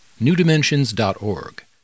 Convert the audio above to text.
newdimensions.org